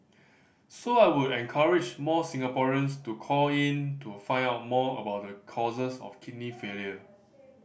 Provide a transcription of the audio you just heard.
so I would encourage more Singaporeans to call in to find out more about the causes of kidney failure